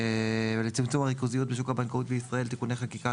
ולצמצום הריכוזיות בשוק הבנקאות בישראל (תיקוני חקיקה),